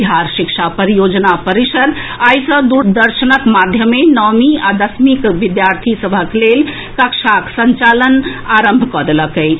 बिहार शिक्षा परियोजना परिषद आइ सँ दूरदर्शनक माध्यमे नवीं आ दसमीक विद्यार्थी सभक लेल कक्षाक संचालन आरंभ कऽ देलक अछि